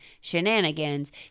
shenanigans